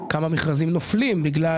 כמה מכרזים נופלים בגלל